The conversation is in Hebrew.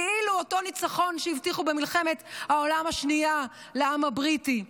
כאילו אותו ניצחון שהבטיחו במלחמת העולם השנייה לעם הבריטי,